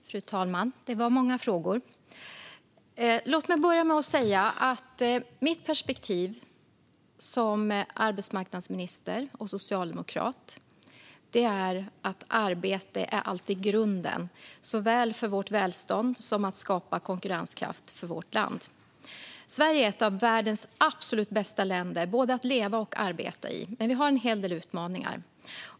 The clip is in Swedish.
Fru talman! Det var många frågor. Låt mig börja med att säga att mitt perspektiv som arbetsmarknadsminister och socialdemokrat är att arbete alltid är grunden såväl för vårt välstånd som för att skapa konkurrenskraft för vårt land. Sverige är ett av världens absolut bästa länder att både leva i och arbeta i. Men vi har en del utmaningar.